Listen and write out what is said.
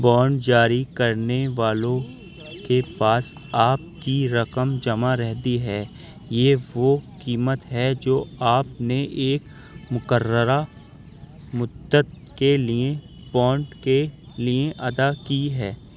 bond جاری کرنے والوں کے پاس آپ کی رقم جمع رہتی ہے یہ وہ قیمت ہے جو آپ نے ایک مقررہ مدت کے لیے بانڈ کے لیے ادا کی ہے